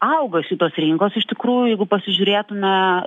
auga šitos rinkos iš tikrųjų jeigu pasižiūrėtume